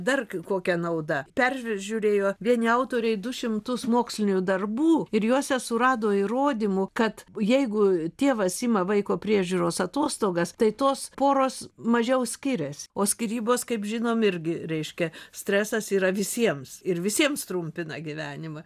dar kokia nauda peržiūrėjo vieni autoriai du šimtus mokslinių darbų ir juose surado įrodymų kad jeigu tėvas ima vaiko priežiūros atostogas tai tos poros mažiau skirias o skyrybos kaip žinome irgi reiškia stresas yra visiems ir visiems trumpina gyvenimą